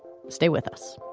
stay with us